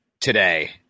today